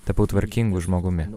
tapau tvarkingu žmogumi